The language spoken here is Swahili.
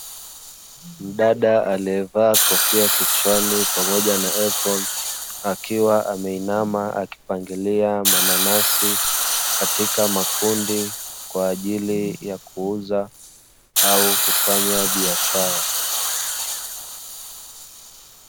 Mdada alievaa kofia kichwani pamoja na aproni, akiwa ameinama akipangilia mananasi katika makundi, kwa ajili ya kuuza au kufanya biashara.